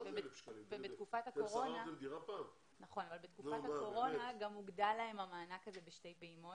אבל בתקופת הקורונה הוגדל להם המענק הזה בשתי פעימות.